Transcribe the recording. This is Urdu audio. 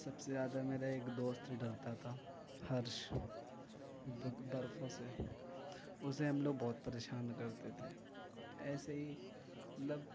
سب سے زیادہ میرا ایک دوست ڈرتا تھا ہرش بہ برفوں سے اسے ہم لوگ بہت پریشان کرتے تھے ایسے ہی مطلب